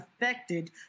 affected